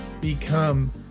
become